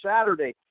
Saturday